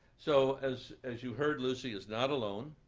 so as as you heard, lucy is not alone.